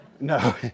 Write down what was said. No